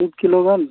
ᱢᱤᱫ ᱠᱤᱞᱳᱜᱟᱱ